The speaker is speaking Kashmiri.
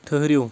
ٹھٕہرِو